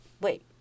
wait